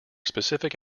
specific